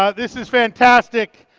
ah this is fantastic.